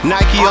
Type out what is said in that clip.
Nike